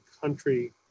country